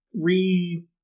re